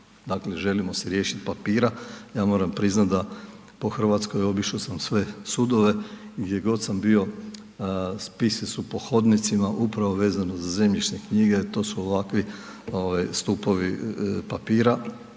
dakle želimo se riješiti papira, ja moram priznati da po Hrvatskoj obišao sam sve sudove i gdjegod sam bio, spisi su po hodnicima upravo vezano za zemljišne knjige, to su ovakvi stupovi papira,